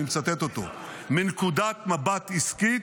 אני מצטט אותו: מנקודת מבט עסקית,